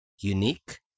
unique